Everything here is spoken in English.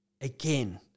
Again